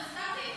טעות שלי.